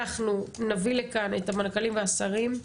אנחנו נביא לכאן את המנכ"לים והשרים,